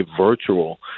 virtual